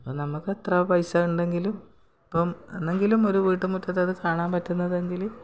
അത് നമുക്കത്ര പൈസേണ്ടങ്കിലും ഇപ്പം എന്നെങ്കിലും ഒരു വീട്ടുമുറ്റത്തൊരു കാണാൻ പറ്റുന്നതെങ്കിൽ